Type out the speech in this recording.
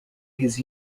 his